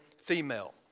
female